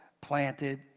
planted